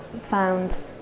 found